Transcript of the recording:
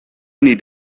need